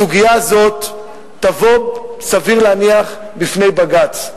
הסוגיה הזאת תבוא, סביר להניח, בפני בג"ץ.